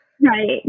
right